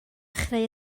chreu